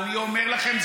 אני אומר לכם,